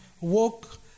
walk